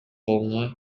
колуна